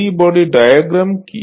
free body diagram key